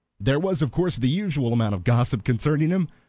there was of course the usual amount of gossip concerning him,